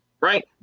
right